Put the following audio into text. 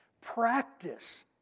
Practice